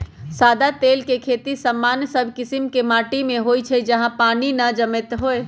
सदा तेल के खेती सामान्य सब कीशिम के माटि में होइ छइ जहा पानी न जमैत होय